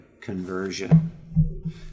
conversion